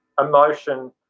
emotion